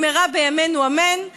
במהרה בימינו אמן,